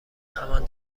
همان